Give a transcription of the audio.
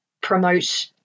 promote